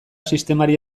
sistemari